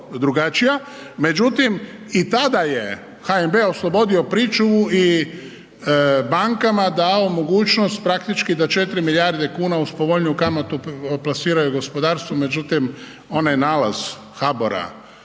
međutim i tada je HNB oslobodio pričuvu i bankama dao mogućnost praktički da 4 milijarde kuna uz povoljniju kamatu plasiraju gospodarstvu, međutim onaj nalaz HABOR-a